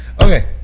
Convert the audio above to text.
okay